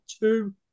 two